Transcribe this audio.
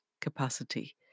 capacity